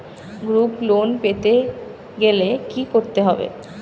Group loan পেতে গেলে কি করতে হবে?